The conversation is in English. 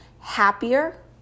happier